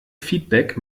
feedback